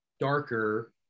darker